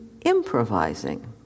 improvising